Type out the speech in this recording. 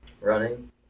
Running